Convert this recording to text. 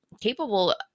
capable